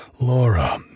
Laura